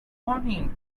morning